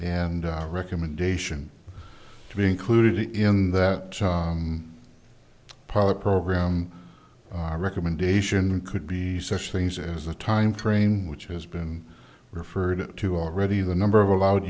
and recommendation to be included in that pilot program recommendation could be such things as a time frame which has been referred to already the number of allowed